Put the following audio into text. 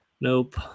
nope